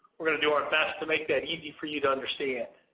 we're going to do our best to make that easy for you to understand.